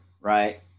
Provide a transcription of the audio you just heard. right